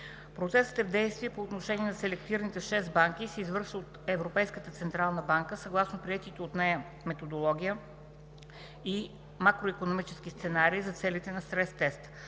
Процесът е в действие по отношение на селектираните шест банки и се извършва от Европейската централна банка съгласно приетите от нея методология и макроикономическите сценарии за целите на стрес теста.